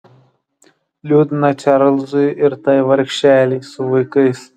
liūdna čarlzui ir tai vargšelei su vaikais